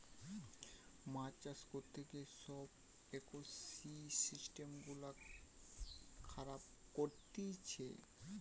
মাছ চাষ করতে গিয়ে সব ইকোসিস্টেম গুলা খারাব করতিছে